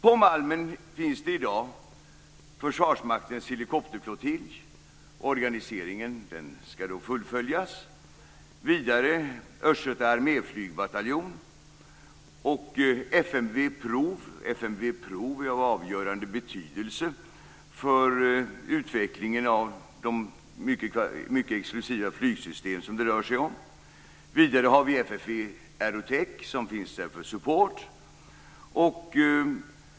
På Malmen finns i dag Försvarsmaktens helikopterflottilj, och organiseringen skall fullföljas. Vidare finns där Östgöta flygbataljon och FMV Prov, som är av avgörande betydelse för utvecklingen av de mycket exklusiva flygsystem som det rör sig om. Vidare finns FFV Aerotech där som support.